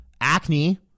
Acne